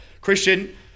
Christian